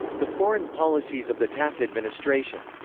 the foreign policies of the taft administration.